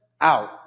out